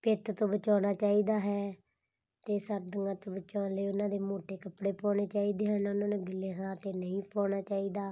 ਪਿੱਤ ਤੋਂ ਬਚਾਉਣਾ ਚਾਹੀਦਾ ਹੈ ਅਤੇ ਸਰਦੀਆਂ ਤੋਂ ਬਚਾਉਣ ਲਈ ਉਹਨਾਂ ਦੇ ਮੋਟੇ ਕੱਪੜੇ ਪਾਉਣੇ ਚਾਹੀਦੇ ਹਨ ਉਹਨਾਂ ਨੂੰ ਗਿੱਲੇ ਥਾਂ 'ਤੇ ਨਹੀਂ ਪਾਉਣਾ ਚਾਹੀਦਾ